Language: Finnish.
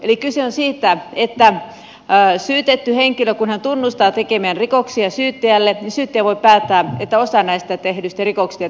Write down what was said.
syyteneuvottelussa kyse on siitä että kun syytetty henkilö tunnustaa tekemiään rikoksia syyttäjälle syyttäjä voi päättää että osa näistä tehdyistä rikoksista jätetään tutkimatta